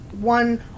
one